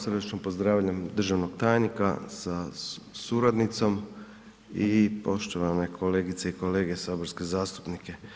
Srdačno pozdravljam državnog tajnika sa suradnicom i poštovane kolegice i kolege saborske zastupnike.